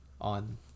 on